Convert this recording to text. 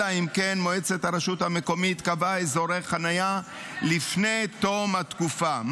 אלא אם כן מועצת הרשות המקומית קבעה אזורי חניה לפני תום התקופה,